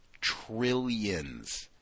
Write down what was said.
trillions